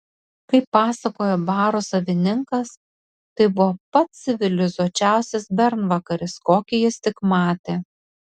kaip pasakojo baro savininkas tai buvo pats civilizuočiausias bernvakaris kokį jis tik matė